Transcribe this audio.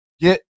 get